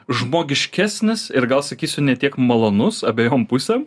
žmogiškesnis ir gal sakysiu ne tiek malonus abejom pusėm